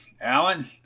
Alan